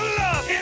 love